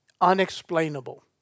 Unexplainable